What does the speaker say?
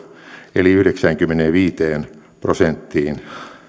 eli yhdeksäänkymmeneenviiteen prosenttiin